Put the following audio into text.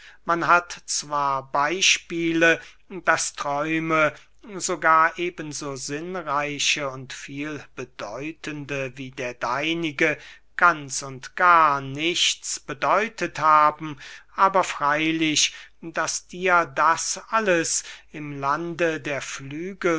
man hat zwar beyspiele daß träume sogar eben so sinnreiche und vielbedeutende wie der deinige ganz und gar nichts bedeutet haben aber freylich daß dir das alles im lande der